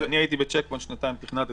אני הייתי בצ'ק פוינט שנתיים, תכנתי